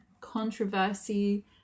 controversy